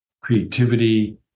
creativity